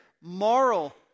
moral